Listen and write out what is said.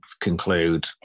conclude